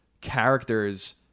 characters